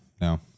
no